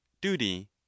duty